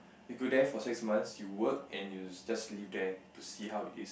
you go there for six months you work and you just live there to see how it